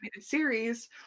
series